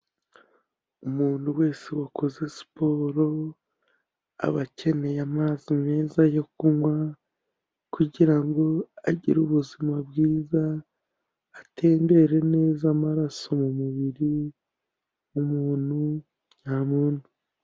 Umuntu wese wakoze siporo, aba akeneye amazi meza yo kunywa kugira ngo agire ubuzima bwiza, atembere neza amaraso mu mubiri, umuntu nyamuntu.